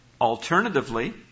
Alternatively